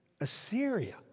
Assyria